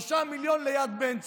3 מיליון ליד בן צבי.